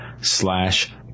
slash